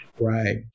Right